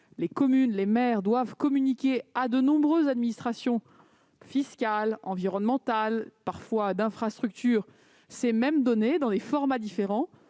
l'intermédiaire des maires, doivent communiquer à de nombreuses administrations- fiscales, environnementales ou d'infrastructure -les mêmes données, dans des formats différents.